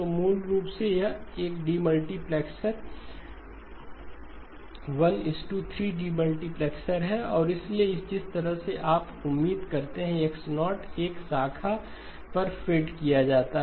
तो मूल रूप से यह एक डीमल्टीप्लेक्सर 1 3 डीमल्टीप्लेक्सर है और इसलिए जिस तरह से आप उम्मीद करेंगे कि X0 एक शाखा पर फेड किया जाता है